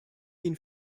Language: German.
ihnen